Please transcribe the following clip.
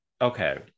Okay